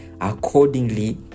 accordingly